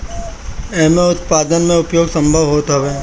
एमे उत्पादन में उपयोग संभव होत हअ